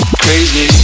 crazy